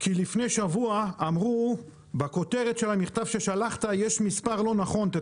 כי לפני שבוע אמרו בכותרת של המכתב ששלחת יש מספר לא נכון של